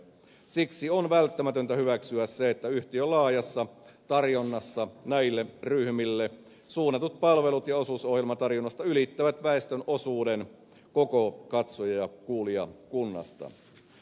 siksi on välttämätöntä hyväksyä se että yhtiön laajassa tarjonnassa näille ryhmille suunnatut palvelut ja osuus ohjelmatarjonnasta ylittävät väestönosan osuuden koko katsoja ja kuulijakunnasta